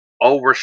over